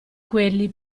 quelli